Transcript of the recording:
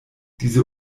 diese